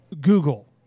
Google